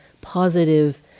positive